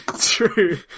True